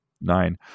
nine